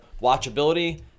watchability